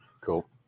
Cool